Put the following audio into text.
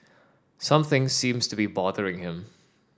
something seems to be bothering him